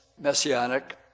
messianic